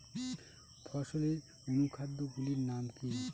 ফসলের অনুখাদ্য গুলির নাম কি?